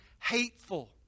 hateful